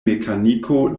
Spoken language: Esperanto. mekaniko